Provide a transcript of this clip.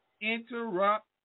interrupt